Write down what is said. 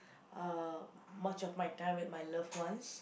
uh much of my time with my loved ones